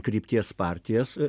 krypties partijas